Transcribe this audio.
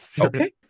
Okay